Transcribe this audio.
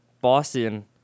Boston